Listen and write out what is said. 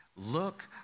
Look